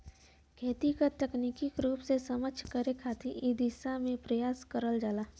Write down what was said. खेती क तकनीकी रूप से सक्षम करे खातिर इ दिशा में प्रयास करल जाला